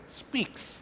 speaks